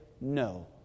no